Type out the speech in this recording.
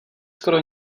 skoro